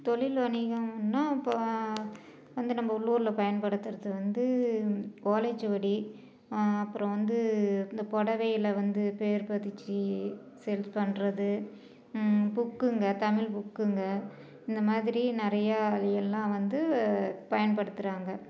தொழில் வணிகம்னா இப்போது வந்து நம்ம உள்ளூரில் பயன்படுத்துறது வந்து ஓலைச்சுவடி அப்புறம் வந்து இந்த புடவையில வந்து பெயர் பதித்து சேல்ஸ் பண்ணுறது புக்குங்க தமிழ் புக்குங்க இந்த மாதிரி நிறையா அவிங்கள்லாம் வந்து பயன்படுத்துகிறாங்க